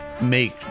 make